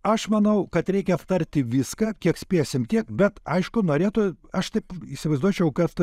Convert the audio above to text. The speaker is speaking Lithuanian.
aš manau kad reikia aptarti viską kiek spėsim tiek bet aišku norėtų aš taip įsivaizduočiau kad